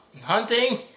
Hunting